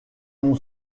mon